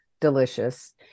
delicious